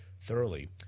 thoroughly